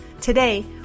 Today